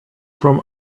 from